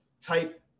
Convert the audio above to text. type